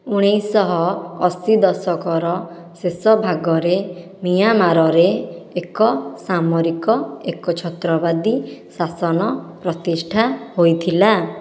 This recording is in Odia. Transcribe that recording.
ଉଣେଇଶହ ଅଶି ଦଶକର ଶେଷଭାଗରେ ମିଆଁମାରରେ ଏକ ସାମରିକ ଏକଛତ୍ରବାଦୀ ଶାସନ ପ୍ରତିଷ୍ଠା ହୋଇଥିଲା